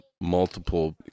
multiple